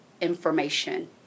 information